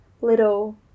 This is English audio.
little